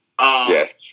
Yes